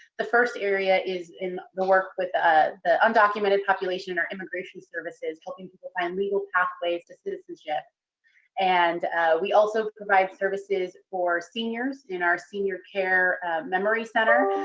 the first area is in the work with ah the undocumented population or immigration services, helping people find legal pathways to citizenship. and we also provide services for seniors in our senior care memory center,